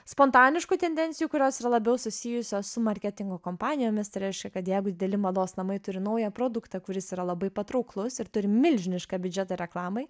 spontaniškų tendencijų kurios yra labiau susijusios su marketingo kompanijomis tai reiškia kad jeigu dideli mados namai turi naują produktą kuris yra labai patrauklus ir turi milžinišką biudžetą reklamai